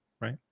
Right